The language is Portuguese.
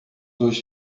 dois